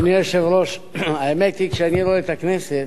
אדוני היושב-ראש, האמת היא שכשאני רואה את הכנסת,